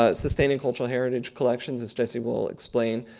ah sustaining cultural heritage collections, as jesse will explain,